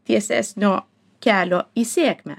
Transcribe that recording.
tiesesnio kelio į sėkmę